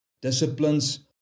disciplines